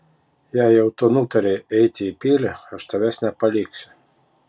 jei jau tu nutarei eiti į pilį aš tavęs nepaliksiu